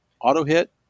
auto-hit